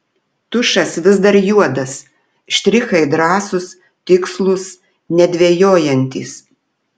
tušas vis dar juodas štrichai drąsūs tikslūs nedvejojantys